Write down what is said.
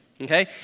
okay